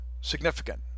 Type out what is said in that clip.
significant